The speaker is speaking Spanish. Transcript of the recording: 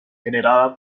generada